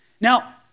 Now